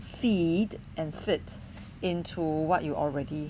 feed and fit into what you already